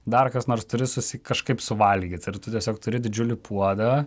dar kas nors turi susi kažkaip suvalgyt ir tu tiesiog turi didžiulį puodą